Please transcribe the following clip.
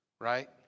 Right